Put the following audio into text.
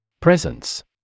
Presence